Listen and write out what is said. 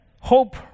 hope